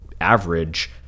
average